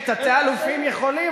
כי תתי-אלופים יכולים,